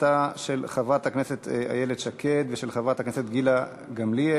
הצעתן של חברת הכנסת איילת שקד ושל חברת הכנסת גילה גמליאל,